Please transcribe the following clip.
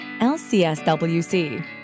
lcswc